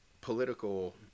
political